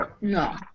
No